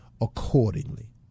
accordingly